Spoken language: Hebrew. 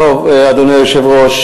טוב, אדוני היושב-ראש,